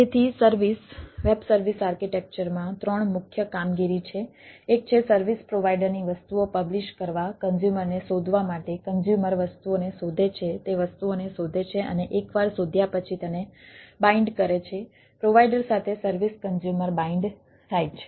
તેથી service web service આર્કિટેક્ચરમાં ત્રણ મુખ્ય કામગીરી છે એક છે સર્વિસ પ્રોવાઈડરની વસ્તુઓ પબ્લીશ કરવા કન્ઝ્યુમરને શોધવા માટે કન્ઝ્યુમર વસ્તુઓને શોધે છે તે વસ્તુઓને શોધે છે અને એકવાર શોધ્યા પછી તેને બાઈન્ડ કરે છે પ્રોવાઈડર સાથે સર્વિસ કન્ઝ્યુમર બાઈન્ડ થાય છે